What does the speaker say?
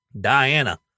Diana